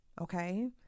okay